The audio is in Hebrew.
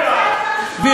יש לך כבוד רב לנמלים,